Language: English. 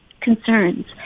concerns